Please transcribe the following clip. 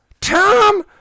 Tom